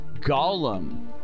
Gollum